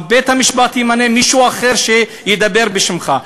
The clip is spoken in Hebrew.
בית-המשפט ימנה מישהו אחר שידבר בשמך.